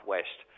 West